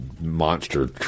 monster